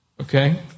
Okay